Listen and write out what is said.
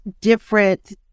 different